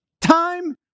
time